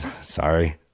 sorry